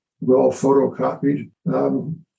well-photocopied